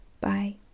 Bye